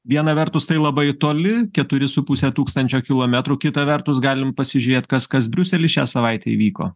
viena vertus tai labai toli keturi su puse tūkstančio kilometrų kita vertus galim pasižiūrėt kas kas briuselyje šią savaitę įvyko